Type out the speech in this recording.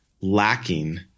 lacking